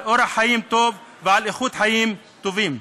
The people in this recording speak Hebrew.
על אורח חיים טוב ועל איכות חיים טובה.